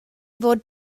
fod